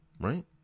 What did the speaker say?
Right